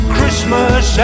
Christmas